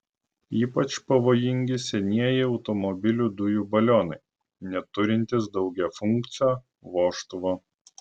ypač pavojingi senieji automobilių dujų balionai neturintys daugiafunkcio vožtuvo